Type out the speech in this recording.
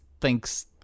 thinks